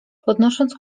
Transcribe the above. podnosząc